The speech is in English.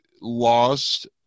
lost